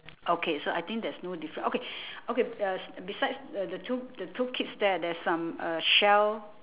okay so I think there's no difference okay okay uh besides uh the two the two kids there there's some uh shell